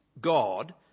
God